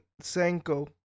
Sanko